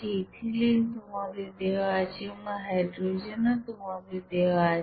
ethylene তোমাদের দেওয়া আছে এবং হাইড্রোজেন ও তোমাদের দেওয়া আছে